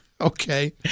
okay